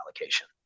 allocation